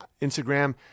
Instagram